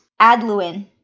Adluin